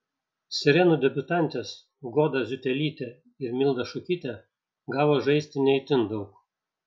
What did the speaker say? sirenų debiutantės goda ziutelytė ir milda šukytė gavo žaisti ne itin daug